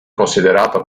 considerato